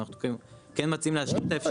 אנחנו גם מציעים להשלים את האפשרות כי